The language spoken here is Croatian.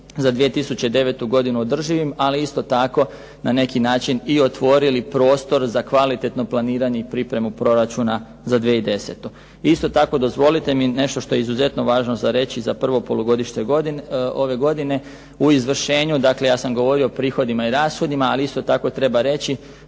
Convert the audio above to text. za 2009. godinu održivim, ali isto tako na neki način i otvorili prostor za kvalitetno planiranje i pripremu proračuna za 2010. Isto tako dozvolite mi da nešto što je izuzetno važno reći za prvo polugodište ove godine. U izvršenju, dakle ja sam govorio o prihodima i rashodima, ali isto tako treba reći